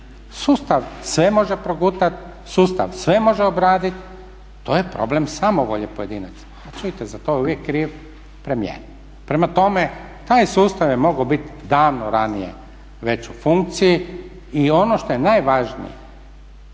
sustav sve može progutati, sustav sve može obraditi, to je problem samovolje pojedinaca. A čujte za to je uvijek kriv premijer. Prema tome taj je sustav mogao biti davno ranije već u funkciji. I ono što je najvažnije